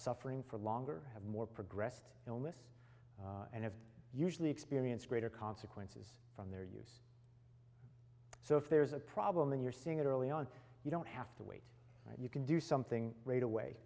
suffering for longer have more progressed illness and have usually experienced greater consequences from their use so if there's a problem than you're seeing it early on you don't have to wait you can do something right away